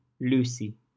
Lucy